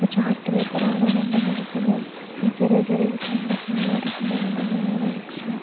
ഇപ്പം ചാർട്ട് പേപ്പറാണ് എന്ന് ഉണ്ടെങ്കില് ഇപ്പോൾ ഞാൻ ഈ ചെറിയ ചെറിയ ചിത്രങ്ങളൊക്കെയാണ് വരയ്ക്കുന്നതെന്നുണ്ടെങ്കിൽ ഞാനാ മാക്സിമം